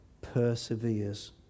perseveres